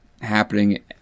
happening